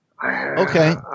Okay